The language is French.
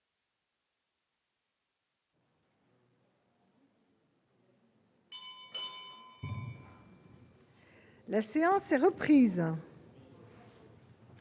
La séance est reprise.